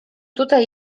tutaj